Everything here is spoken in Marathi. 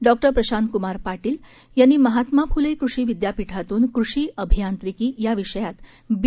डॉ प्रशांतकुमार पाटील यांनी महात्मा फुले कृषि विद्यापीठातून कृषि अभियांत्रिकी या विषयात बी